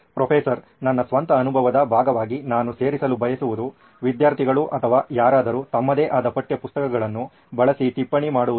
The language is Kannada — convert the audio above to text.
ಪ್ರೊಫೆಸರ್ ನನ್ನ ಸ್ವಂತ ಅನುಭವದ ಭಾಗವಾಗಿ ನಾನು ಸೇರಿಸಲು ಬಯಸುವುದು ವಿದ್ಯಾರ್ಥಿಗಳು ಅಥವಾ ಯಾರಾದರೂ ತಮ್ಮದೇ ಆದ ಪಠ್ಯಪುಸ್ತಕಗಳನ್ನು ಬಳಸಿ ಟಿಪ್ಪಣಿ ಮಾಡುವುದು